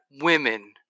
women